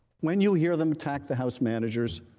when you hear them attacked the house miniatures,